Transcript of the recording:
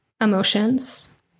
Emotions